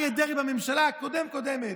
אריה דרעי, בממשלה הקודמת לקודמת,